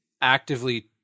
actively